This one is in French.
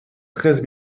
treize